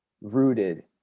rooted